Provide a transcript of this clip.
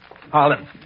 Harlan